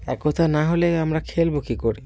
একতা কথা না হলে আমরা খেলব কী করে